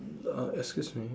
uh excuse me